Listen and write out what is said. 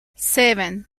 seven